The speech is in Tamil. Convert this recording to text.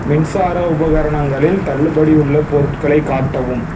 மின்சார உபகரணங்களில் தள்ளுபடி உள்ள பொருட்களைக் காட்டவும்